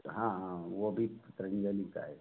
तो हाँ हाँ वो भी पतंजलि का है